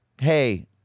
hey